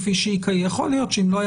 כפי שהיא קיימת יכול להיות שאם לא היה